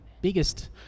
biggest